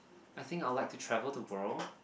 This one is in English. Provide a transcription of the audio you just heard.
I think I'll like to travel the world